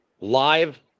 live